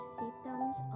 symptoms